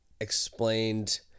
explained